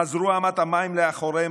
חזרו אמת המים לאחוריהם,